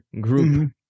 group